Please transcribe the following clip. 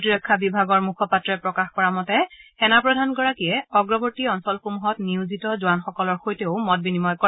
প্ৰতিৰক্ষা বিভাগৰ মুখপাত্ৰই প্ৰকাশ কৰা মতে সেনাপ্ৰধানগৰাকীয়ে অগ্ৰৱৰ্তী অঞ্চলসমূহত নিয়োজিত জোৱানসকলৰ সৈতে মত বিনিময় কৰে